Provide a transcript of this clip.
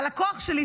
הלקוח שלי,